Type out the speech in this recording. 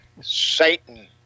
Satan